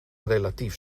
relatief